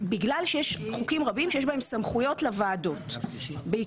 בגלל שיש חוקים רבים שיש בהם סמכויות לוועדות - בעיקר